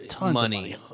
money